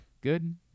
Good